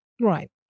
Right